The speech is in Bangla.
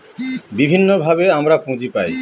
বিভিন্নভাবে আমরা পুঁজি পায়